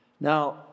Now